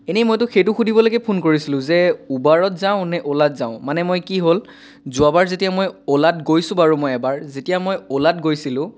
এনেই মই তোক সেইটো সুধিবলৈকে ফোন কৰিছিলোঁ যে উবাৰত যাওঁ নে মই অ'লাত যাওঁ মানে মই কি হ'ল যোৱাবাৰ যেতিয়া মই অ'লাত গৈছোঁ বাৰু মই এবাৰ এতিয়া মই অ'লাত গৈছিলোঁ